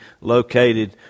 located